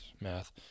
math